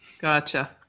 Gotcha